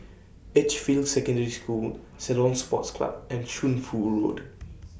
Edgefield Secondary School Ceylon Sports Club and Shunfu Road